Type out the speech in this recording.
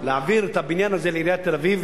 להעביר את הבניין הזה לעיריית תל-אביב,